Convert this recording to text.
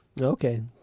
Okay